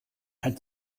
had